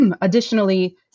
Additionally